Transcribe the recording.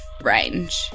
range